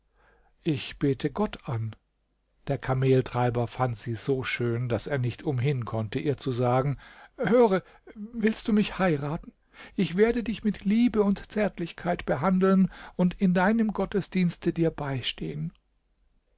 ich bete gott an der kameltreiber fand sie so schön daß er nicht umhin konnte ihr zu sagen höre willst du mich heiraten ich werde dich mit liebe und zärtlichkeit behandeln und in deinem gottesdienste dir beistehen